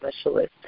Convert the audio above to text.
specialist